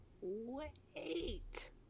Wait